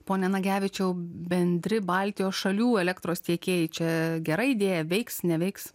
pone nagevičiau bendri baltijos šalių elektros tiekėjai čia gera idėja veiks neveiks